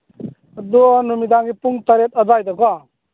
ꯑꯗꯣ ꯅꯨꯃꯤꯗꯥꯡꯒꯤ ꯄꯨꯡ ꯇꯔꯦꯠ ꯑꯗ꯭ꯋꯥꯏꯗꯀꯣ